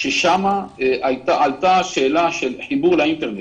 ששם עלתה השאלה של חיבור לאינטרנט.